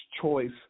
choice